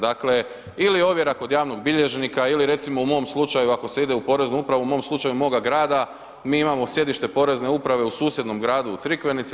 Dakle, ili ovjera kod javnog bilježnika, ili recimo u mom slučaju ako se ide u poreznu upravu u mom slučaju moga grada mi imamo sjedište porezne uprave u susjednom gradu u Crikvenici.